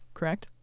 Correct